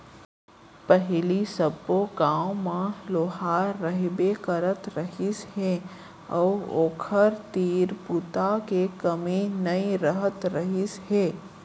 पहिली सब्बो गाँव म लोहार रहिबे करत रहिस हे अउ ओखर तीर बूता के कमी नइ रहत रहिस हे